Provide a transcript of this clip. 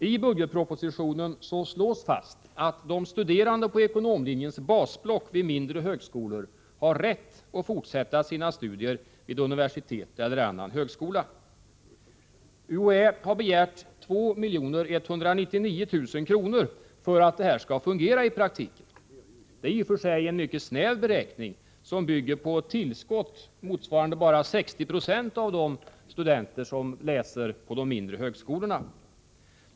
I budgetpropositionen slås det fast att de studerande på ekonomlinjens basblock vid mindre högskolor har rätt att fortsätta sina studier vid universitet eller annan högskola. UHÄ har begärt 2 199 000 kr. för att detta skall fungera i praktiken. Det är i och för sig en mycket snäv beräkning, och den bygger på ett tillskott motsvarande bara 60 26 av antalet studenter som finns vid de mindre högskolorna.